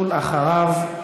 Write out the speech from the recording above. אל תישארי פה.